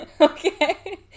Okay